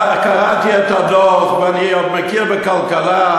קראתי את הדוח ואני עוד מכיר כלכלה.